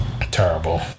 Terrible